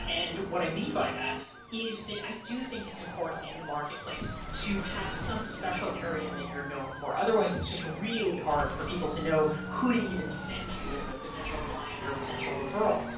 and what i mean by that is that i do think it's important in the marketplace to some special area that you're known for, otherwise it's just really hard for people to know who to even send you as a potential client or potential referral,